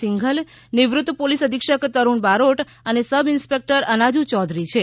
સિંઘલ નિવૃત્ત પોલીસ અધિક્ષક તરૂણ બારોટ અને સબ ઇન્સ્પેક્ટર અનાજુ ચૌધરી છે